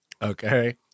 Okay